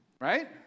Right